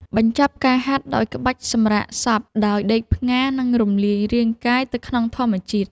បញ្ចប់ការហាត់ដោយក្បាច់សម្រាកសព ដោយដេកផ្ងារ និងរំលាយរាងកាយទៅក្នុងធម្មជាតិ។